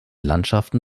landschaften